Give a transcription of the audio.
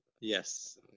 Yes